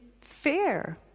fair